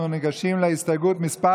אנחנו ניגשים להסתייגות מס'